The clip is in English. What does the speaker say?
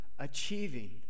achieving